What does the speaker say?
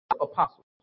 apostles